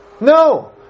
No